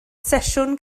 sesiwn